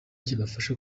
kibafasha